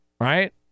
Right